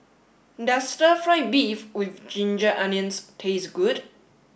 does stir fry beef with ginger onions taste good